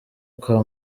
kwa